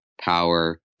power